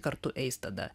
kartu eis tada